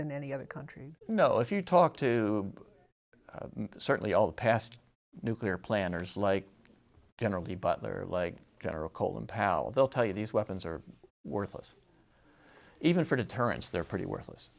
than any other country you know if you talk to certainly all the past nuclear planners like generally butler like general colin powell they'll tell you these weapons are worthless even for deterrence they're pretty worthless